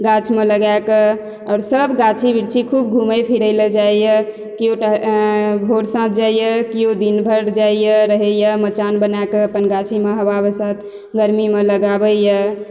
गाछमे लगा कऽ आओर सब गाछी वृक्षि खूब घुमै फिरैला जाइया केओ टह भोर साँझ जाइया केओ दिन भरि जाइया रहैया मचान बनाए कऽ अपन गाछी मे हवा बसात गर्मी मे लगाबैया